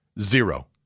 Zero